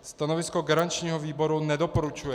Stanovisko garančního výboru nedoporučuje.